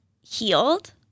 healed